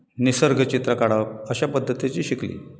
निसर्ग चित्रां काडप अशें पद्दतीचीं शिकलीं